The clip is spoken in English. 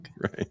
Right